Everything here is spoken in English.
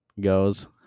goes